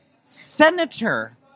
Senator